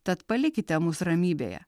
tad palikite mus ramybėje